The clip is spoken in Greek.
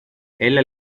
έλα